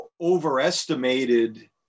overestimated